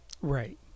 right